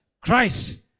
Christ